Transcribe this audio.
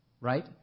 Right